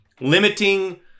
limiting